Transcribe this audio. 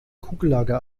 kugellager